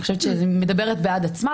אני חושבת שהיא מדברת בעד עצמה,